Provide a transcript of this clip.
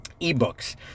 Ebooks